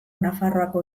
nafarroako